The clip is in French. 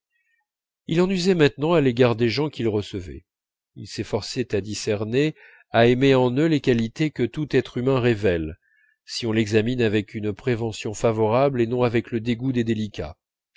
il en usait maintenant à l'égard des gens qu'il recevait il s'efforçait à discerner à aimer en eux les qualités que tout être humain révèle si on l'examine avec une prévention favorable et non avec le dégoût des délicats